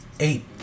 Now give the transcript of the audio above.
eight